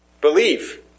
Believe